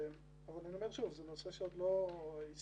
אבל אני אומר שוב, זה נושא שעוד לא הסתיים.